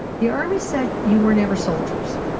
the army said, you were never soldiers